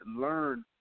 learn